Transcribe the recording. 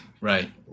right